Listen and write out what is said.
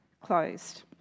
closed